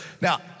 Now